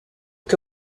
que